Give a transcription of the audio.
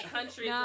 Country